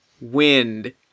wind